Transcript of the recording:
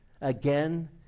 again